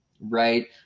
right